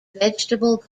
vegetable